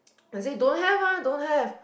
they say don't have ah don't have